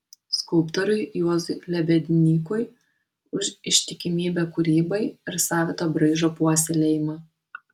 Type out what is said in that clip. skulptoriui juozui lebednykui už ištikimybę kūrybai ir savito braižo puoselėjimą